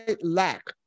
lack